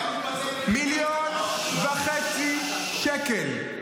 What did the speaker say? אתה מתמצא --- מיליון וחצי שקל.